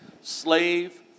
slave